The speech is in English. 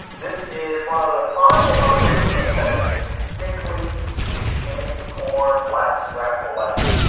this is one of the final numbers of seventeen sickly sweet candy corn, blackstrap molasses.